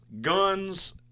guns